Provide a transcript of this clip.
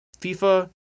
FIFA